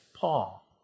Paul